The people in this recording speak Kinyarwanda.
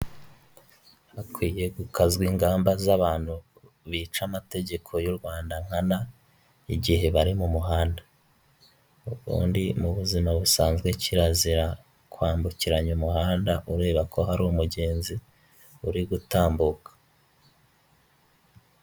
Hakwiye gukazwa ingamba z'abantu bica amategeko y'u Rwanda nkana igihe bari mu muhanda ubundi mu buzima busanzwe kirazira kwambukiranya umuhanda ureba ko hari umugenzi uri gutambuka .